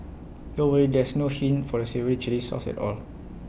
don't worry there's no hint for the savoury Chilli sauce at all